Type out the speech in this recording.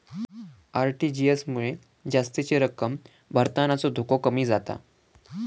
RTGS मुळे जास्तीची रक्कम भरतानाचो धोको कमी जाता